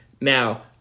Now